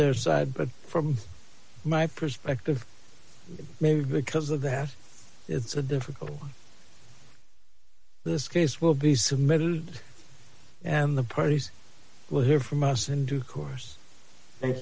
their side but from my perspective maybe because of that it's a difficult this case will be submitted and the parties will hear from us in due course thank